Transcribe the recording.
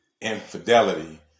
infidelity